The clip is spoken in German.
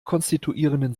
konstituierenden